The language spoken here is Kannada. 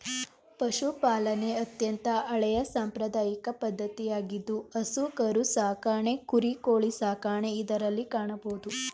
ಪಶುಪಾಲನೆ ಅತ್ಯಂತ ಹಳೆಯ ಸಾಂಪ್ರದಾಯಿಕ ಪದ್ಧತಿಯಾಗಿದ್ದು ಹಸು ಕರು ಸಾಕಣೆ ಕುರಿ, ಕೋಳಿ ಸಾಕಣೆ ಇದರಲ್ಲಿ ಕಾಣಬೋದು